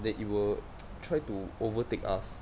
that it will try to overtake us